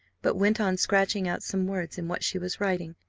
but went on scratching out some words in what she was writing.